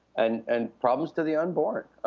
and and problems to the unborn.